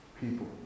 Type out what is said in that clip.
people